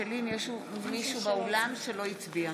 האם יש מישהו באולם שלא הצביע?